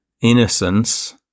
innocence